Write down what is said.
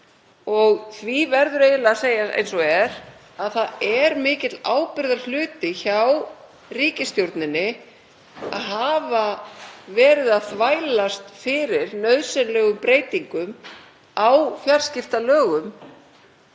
því verður eiginlega að segjast eins og er að það er mikill ábyrgðarhluti hjá ríkisstjórninni að hafa verið að þvælast fyrir nauðsynlegum breytingum á fjarskiptalögum